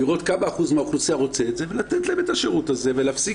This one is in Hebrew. לראות כמה אחוז מהאוכלוסייה רוצה את זה ולתת להם את השירות הזה ולהפסיק